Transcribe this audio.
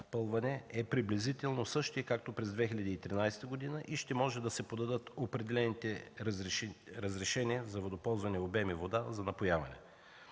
е приблизително същият, както през 2013 г. и ще може да се подадат определените разрешения за водоползвани обеми вода за напояване.